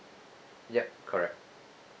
yup correct